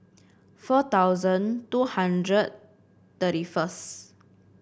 four thousand two hundred thirty first